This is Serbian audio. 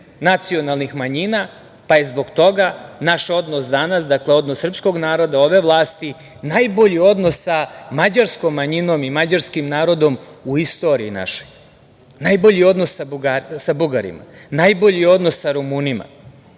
nacionalnih manjina, pa je zbog toga naš odnos danas, dakle, odnos srpskog naroda, ove vlasti najbolji odnos sa mađarskom manjinom i mađarskim narodom u istoriji našoj. Najbolji odnos sa Bugarima, najbolji odnos sa Rumunima.